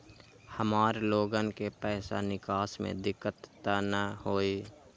हमार लोगन के पैसा निकास में दिक्कत त न होई?